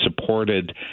supported